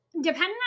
depending